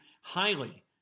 highly